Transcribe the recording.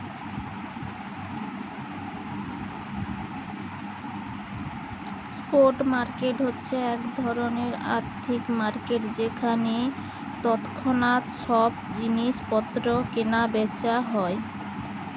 spot market হচ্ছে এক ধরণের আর্থিক মার্কেট যেখানে তৎক্ষণাৎ সব জিনিস পত্র কিনা বেচা হচ্ছে